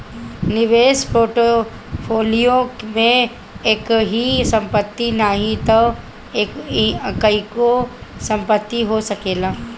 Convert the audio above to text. निवेश पोर्टफोलियो में एकही संपत्ति नाही तअ कईगो संपत्ति हो सकेला